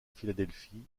philadelphie